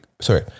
sorry